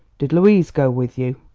did louise go with you?